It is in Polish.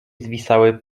zwisały